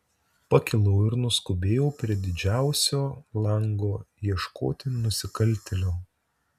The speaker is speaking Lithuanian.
pakilau ir nuskubėjau prie didžiausio lango ieškoti nusikaltėlio